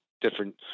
different –